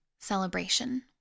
celebration